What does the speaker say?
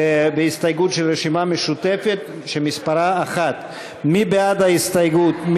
בהסתייגות של הרשימה המשותפת שמספרה 1. מי בעד ההסתייגות?